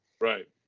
Right